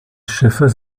schiffes